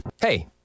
Hey